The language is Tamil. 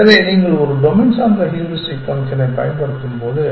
எனவே நீங்கள் ஒரு டொமைன் சார்ந்த ஹூரிஸ்டிக் ஃபங்க்ஷனைப் பயன்படுத்தும்போது